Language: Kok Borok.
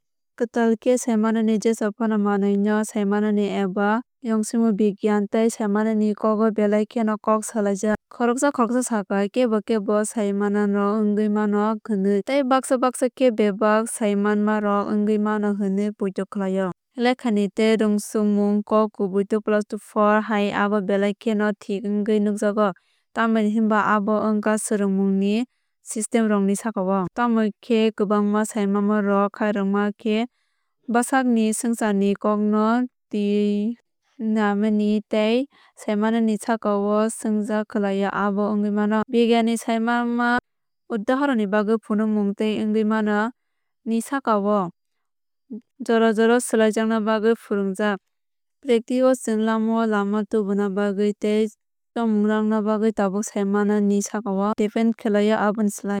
Kwtal khe saimanmani jesa phano manwi no saimanmani abo yungsimung bigyaan tei saimanmani kok o belai kheno kok salaijak. Khoroksa khoroksa sakha kebo kebo saimanmarok wngwi mano hwnwi tei baksa baksa khe bebak saimanmarok wngwi mano hwnwi poito khlaio. Lekhani tei rungsunk mung kok kubui 2 plus 2 to 4 hai abo belai kheno thik hwnwi nukjago tamni hwnba abo wngkha surungmungni systemrokni sakao. Tamokhe kwbangma saimanmarok khairokma khe bwsakni swngcharni kokno twiwi naimani tei saimanmani sakao shungjak khlaio abo wngwi mano. Bigyaan ni saimanma udhahoronni bagwi fhunukmung tei wngwi mano ni sakao jora jorao swlaijakna bagwi phuarjak. Practice o chwng langmao lama tubuna bagwi tei chongmung narwkna bagwi tabuk sai mani ni sakao depend khlaio aboni slai.